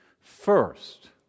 first